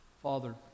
Father